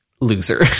loser